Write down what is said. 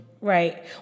right